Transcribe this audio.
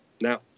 Now